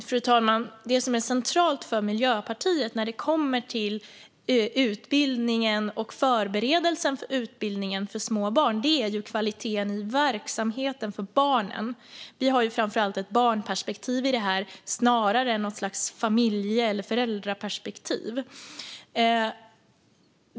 Fru talman! Det som är centralt för Miljöpartiet vad gäller utbildning och förberedelse för utbildning för små barn är kvaliteten i verksamheten för barnen. Vi har framför allt ett barnperspektiv här, snarare än ett familje eller föräldraperspektiv.